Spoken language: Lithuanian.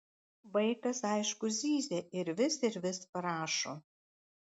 vaikas aišku zyzia ir vis ir vis prašo